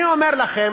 אני אומר לכם